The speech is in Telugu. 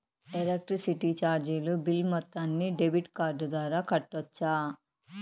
ఎలక్ట్రిసిటీ చార్జీలు బిల్ మొత్తాన్ని డెబిట్ కార్డు ద్వారా కట్టొచ్చా?